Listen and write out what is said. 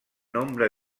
nombre